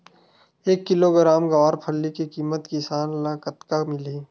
एक किलोग्राम गवारफली के किमत किसान ल कतका मिलही?